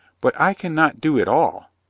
but i can not do it all.